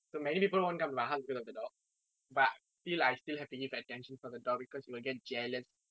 so many people won't come to my house because of the dog but still I still have to give attention for the dog because he will get jealous